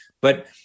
But-